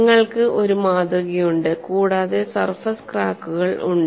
നിങ്ങൾക്ക് ഒരു മാതൃകയുണ്ട് കൂടാതെ സർഫേസ് ക്രാക്കുകൾ ഉണ്ട്